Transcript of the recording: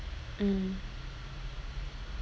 mm